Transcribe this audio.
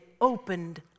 opened